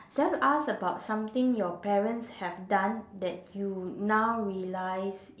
tell us about something your parents have done that you now realize